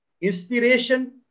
inspiration